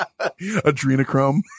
adrenochrome